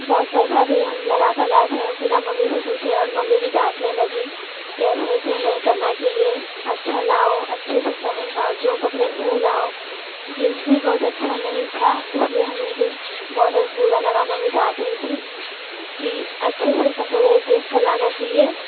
बहुत पैसा भी हम लगाकर लाए थे बिना मम्मी से पूछे और मम्मी भी डाटने लगी ऐसे वैसे नहीं करना चाहिए अच्छा लाओ अच्छे से पहन पाओ जो कपड़े वो लाओ जींस भी बहुत अच्छा नहीं था इसलिए हमने भी बहुत बुरा लगा मम्मी डांट रही थी कि अच्छे से कपड़े देखकर लाना चाहिए